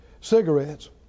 cigarettes